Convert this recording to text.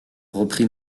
reprit